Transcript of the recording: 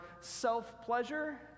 self-pleasure